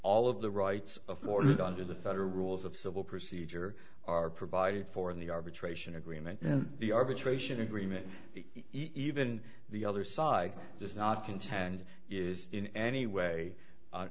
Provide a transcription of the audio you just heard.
all of the rights afforded under the federal rules of civil procedure are provided for in the arbitration agreement and the arbitration agreement even the other side does not contend is in any way u